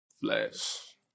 Flash